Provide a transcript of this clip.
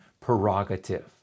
prerogative